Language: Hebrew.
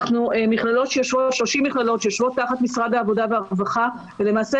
אנחנו 30 מכללות שיושבות תחת משרד העבודה והרווחה ולמעשה